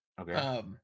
Okay